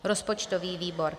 Rozpočtový výbor: